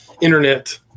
internet